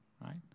right